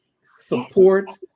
support